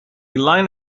line